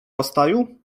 rozstaju